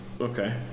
Okay